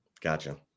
Gotcha